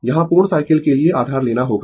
यहां पूर्ण साइकिल के लिए आधार लेना होगा